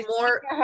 more